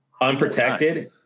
unprotected